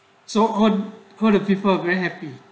so all could who the people are very happy